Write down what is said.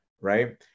right